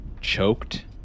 choked